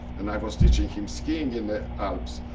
and i was teaching him skiing in the alps.